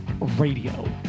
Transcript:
Radio